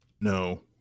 No